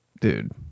dude